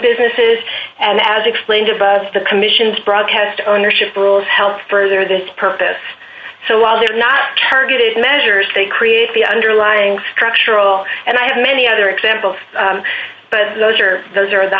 businesses and as explained above the commission's broadcast ownership rules help for this purpose so while they're not targeted measures they create the underlying structural and i have many other examples but those are those are the